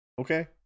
okay